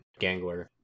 gangler